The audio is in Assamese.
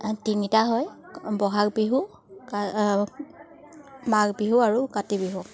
তিনিটা হয় বহাগ বিহু মাঘ বিহু আৰু কাতি বিহু